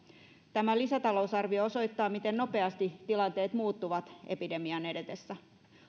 tämä lisätalousarvio osoittaa miten nopeasti tilanteet muuttuvat epidemian edetessä